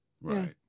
right